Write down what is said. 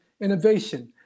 innovation